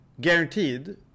Guaranteed